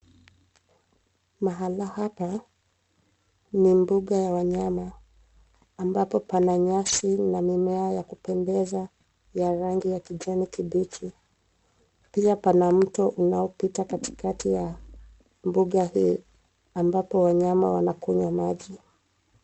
Mahala hapa ni mbuga ya wanyama ambapo pana nyasi na mimea ya kupendeza ya rangi ya kijani kibichi. Pia pana mto inayopita katikati ya mbuga hiyo ambapo wanyama wanakunywa maji.